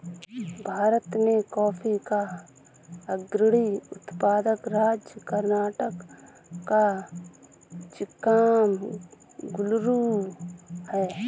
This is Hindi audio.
भारत में कॉफी का अग्रणी उत्पादक राज्य कर्नाटक का चिक्कामगलूरू है